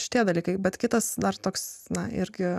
šitie dalykai bet kitas dar toks na irgi